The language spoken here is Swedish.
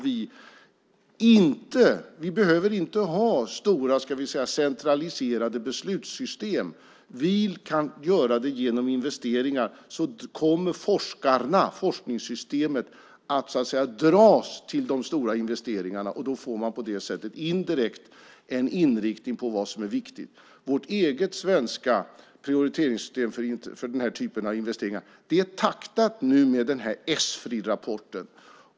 Vi behöver inte ha stora centraliserade beslutssystem. Vi kan göra det genom investeringar. Då kommer forskningssystemet att dras till de stora investeringarna, och då får man på det sättet indirekt en inriktning på vad som är viktigt. Vårt eget svenska prioriteringssystem för den här typen av investeringar är taktat nu med Esfrirapporten.